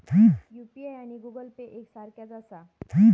UPI आणि Google Pay एक सारख्याच आसा?